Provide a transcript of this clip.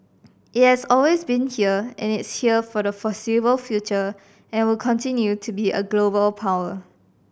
it has always been here and it's here for the foreseeable future and will continue to be a global power